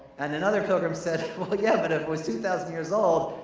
and another pilgrim said, well, yeah, but if it was two thousand years old,